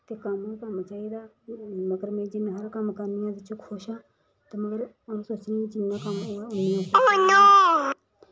ते कम्म गै कम्म चाहिदा में जिन्ना हारा कम्म करनी आं ओह्दे च में खुश आं ते मतलब आ'ऊं सोचनी आं जिन्ना कम्म होऐ उन्ना कम्म करां